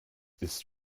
ist